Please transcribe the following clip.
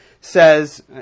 says